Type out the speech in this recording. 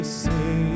say